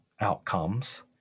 outcomes